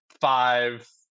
five